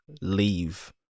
leave